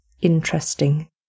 interesting